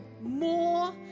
more